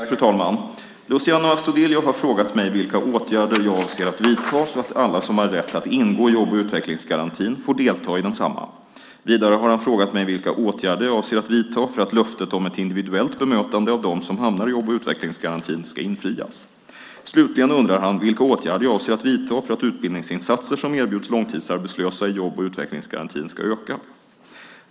Fru talman! Luciano Astudillo har frågat mig vilka åtgärder jag avser att vidta så att alla som har rätt att ingå i jobb och utvecklingsgarantin får delta i densamma. Vidare har han frågat mig vilka åtgärder jag avser att vidta för att löftet om ett individuellt bemötande av dem som hamnar i jobb och utvecklingsgarantin ska infrias. Slutligen undrar han vilka åtgärder jag avser att vidta för att utbildningsinsatser som erbjuds långtidsarbetslösa i jobb och utvecklingsgarantin ska öka.